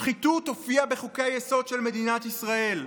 שחיתות תופיע בחוקי-היסוד של מדינת ישראל.